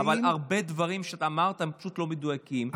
אבל הרבה דברים שאמרת פשוט לא מדויקים.